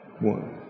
One